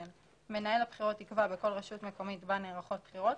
מנהל הבחירות יקבע בכל רשות מקומית בה נערכות בחירות,